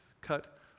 cut